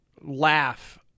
laugh